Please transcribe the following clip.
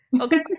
Okay